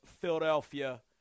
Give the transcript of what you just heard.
Philadelphia